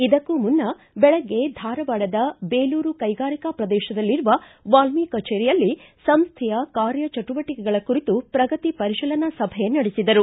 ಇದಕ್ಕೂ ಮುನ್ನ ಬೆಳಗ್ಗೆ ಧಾರವಾಡದ ಬೇಲೂರು ಕೈಗಾರಿಕಾ ಪ್ರದೇಶದಲ್ಲಿರುವ ವಾಲ್ಮಿ ಕಚೇರಿಯಲ್ಲಿ ಸಂಸ್ಥೆಯ ಕಾರ್ಯ ಚಟುವಟಿಕೆಗಳ ಕುರಿತು ಪ್ರಗತಿ ಪರಿಶೀಲನಾ ಸಭೆ ನಡೆಸಿದರು